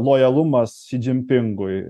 lojalumas si dzinpingui